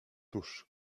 tuż